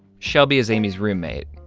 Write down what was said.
shelby is amy's roommate.